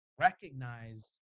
recognized